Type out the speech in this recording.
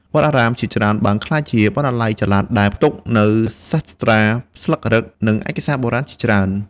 វត្តអារាមជាច្រើនបានក្លាយជាបណ្ណាល័យចល័ត ដែលផ្ទុកនូវសាត្រាស្លឹករឹត និងឯកសារបុរាណជាច្រើន។